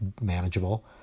manageable